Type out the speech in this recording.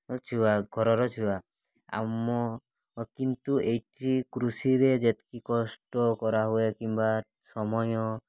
ଛୁଆ ଘରର ଛୁଆ ଆମ କିନ୍ତୁ ଏଠି କୃଷିରେ ଯେତିକି କଷ୍ଟ କରାହୁଏ କିମ୍ବା ସମୟ